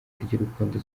ry’urukundo